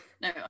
No